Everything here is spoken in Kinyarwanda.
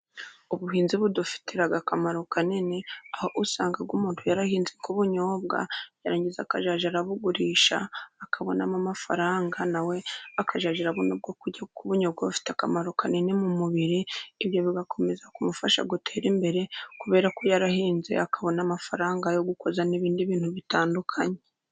Ubuhinzi budufitiye akamaro kanini aho usanga umuntu yarahinze nk'ubunyobwa, byarangiza akazajya arabugurisha akabonamo amafaranga nawe akazajya arabona izo kurya ubunyobwa bufite akamaro kanini mu mubiri, ibyo bigakomeza kumufasha gutera imbere kubera ko yarahinze akabona amafaranga yo gukoza n'ibindi bintu bitandukanye.